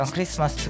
Christmas